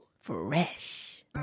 Fresh